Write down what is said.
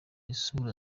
isura